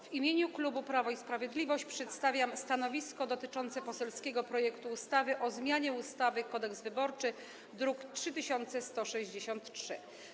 W imieniu klubu Prawo i Sprawiedliwość przedstawiam stanowisko dotyczące poselskiego projektu ustawy o zmianie ustawy Kodeks wyborczy, druk nr 3163.